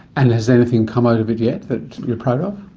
and has anything come out of it yet that you're proud of?